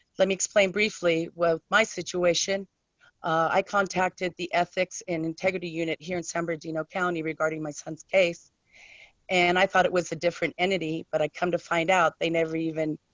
let me explain briefly what my situation i contacted the ethics and integrity unit here in san bernardino county regarding my son's case and i thought it was a different entity but i come to find out they never even